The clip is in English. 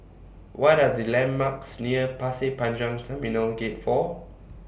What Are The landmarks near Pasir Panjang Terminal Gate four